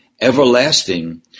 everlasting